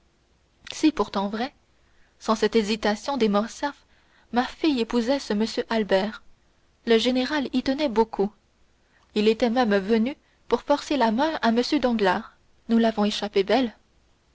c'est pourtant vrai sans cette hésitation des morcerf ma fille épousait ce m albert le général y tenait beaucoup il était même venu pour forcer la main à m danglars nous l'avons échappé belle